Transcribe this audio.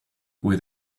with